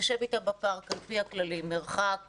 תשב אתם בפארק על פי הכללים מרחק,